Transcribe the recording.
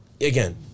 again